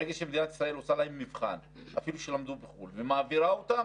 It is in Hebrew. ברגע שמדינת ישראל עושה להם מבחן אפילו שלמדו בחו"ל ומעבירה אותם,